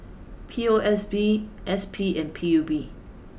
P O S B S P and P U B